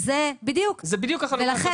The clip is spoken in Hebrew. זה בדיוק החלוקה,